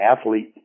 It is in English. athlete